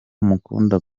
mukunda